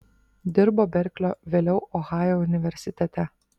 dirbo berklio vėliau ohajo universitete